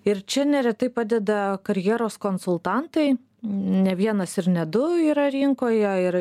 ir čia neretai padeda karjeros konsultantai ne vienas ir ne du yra rinkoje ir